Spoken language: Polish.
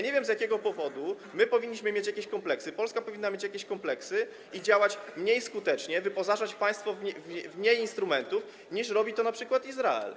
Nie wiem, z jakiego powodu powinniśmy mieć jakieś kompleksy, Polska powinna mieć jakieś kompleksy i działać mniej skutecznie, wyposażać państwo w mniej instrumentów, niż robi to np. Izrael.